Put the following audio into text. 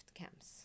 camps